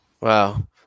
wow